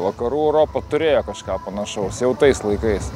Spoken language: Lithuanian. vakarų europa turėjo kažką panašaus jau tais laikais